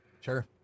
Sure